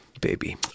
baby